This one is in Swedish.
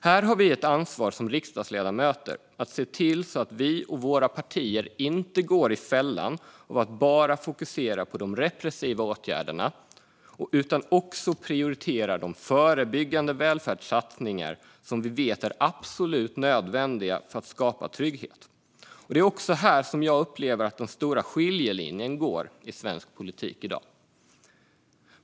Här har vi ett ansvar som riksdagsledamöter att se till att vi och våra partier inte går i fällan att bara fokusera på de repressiva åtgärderna utan att också prioritera de förebyggande välfärdssatsningar som vi vet är absolut nödvändiga för att skapa trygghet. Det är också här som jag upplever att den stora skiljelinjen går i svensk politik i dag.